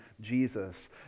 jesus